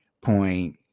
point